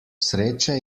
sreče